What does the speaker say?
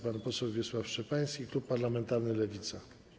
Pan poseł Wiesław Szczepański, klub parlamentarny Lewica.